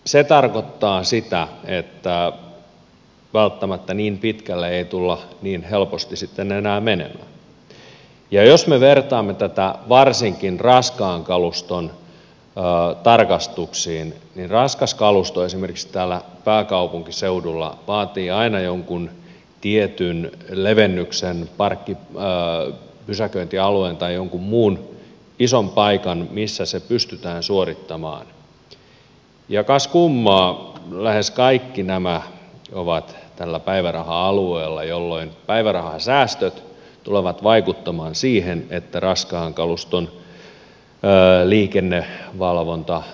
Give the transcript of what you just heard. se tarkoittaa sitä että välttämättä niin pitkälle ei tulla niin helposti sitten enää menemään ja jos me vertaamme tätä varsinkin raskaan kaluston tarkastuksiin niin raskas kalusto esimerkiksi täällä pääkaupunkiseudulla vaatii aina jonkun tietyn levennyksen pysäköintialueen tai jonkun muun ison paikan missä tarkastus pystytään suorittamaan ja kas kummaa lähes kaikki nämä ovat tällä päiväraha alueella jolloin päivärahasäästöt tulevat vaikuttamaan siihen että raskaan kaluston liikennevalvontatarkastelu vähenee